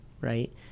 right